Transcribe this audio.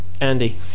Andy